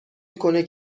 میکنه